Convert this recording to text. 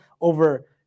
Over